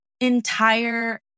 entire